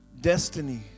destiny